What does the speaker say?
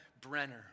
Brenner